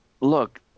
look